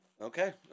Okay